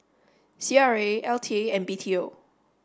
C R A L T A and B T O